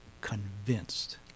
convinced